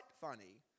funny